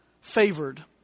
favored